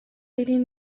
leading